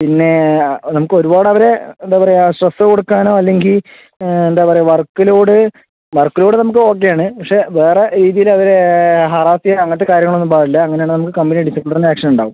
പിന്നെ നമുക്ക് ഒരുപാട് അവരെ എന്താ പറയുക സ്ട്രെസ്സ് കൊടുക്കാനോ അല്ലെങ്കിൽ വർക്ക് ലോഡ് വർക്ക് ലോഡ് നമുക്ക് ഓക്കെ ആണ് പക്ഷെ വേറെ രീതിയിൽ അവരെ ഹരാസ് ചെയ്യാനോ അങ്ങനത്തെ കാര്യങ്ങൾ ഒന്നും പാടില്ല അങ്ങനെ ആണെങ്കിൽ നമുക്ക് കമ്പനി ഡിസിപ്ലിനറി ആക്ഷൻ ഉണ്ടാവും